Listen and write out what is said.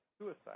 suicide